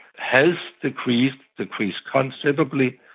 has decreased decreased considerably,